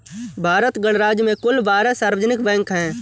भारत गणराज्य में कुल बारह सार्वजनिक बैंक हैं